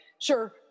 sure